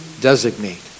designate